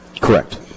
Correct